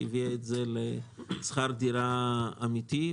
שהביאה את זה לשכר דירה אמיתי,